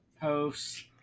posts